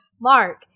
Mark